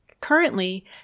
Currently